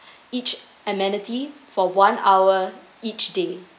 each amenity for one hour each day